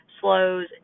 slows